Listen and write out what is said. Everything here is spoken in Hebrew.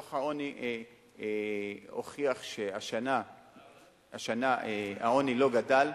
דוח העוני הוכיח שהשנה העוני לא גדל,